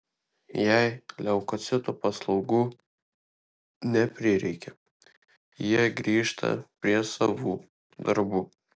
jei leukocitų paslaugų neprireikia jie grįžta prie savų darbų